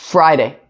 Friday